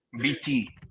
bt